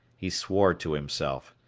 he swore to himself.